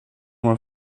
mal